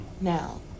Now